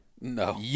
No